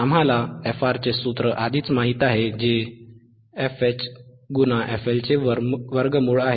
आम्हाला fR चे सूत्र आधीच माहित आहे जे fH fL चे वर्गमूळ आहे